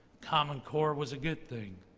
common core was a good thing.